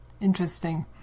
Interesting